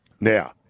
Now